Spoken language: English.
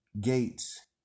gates